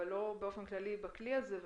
אבל לא באופן כללי בכלי הזה,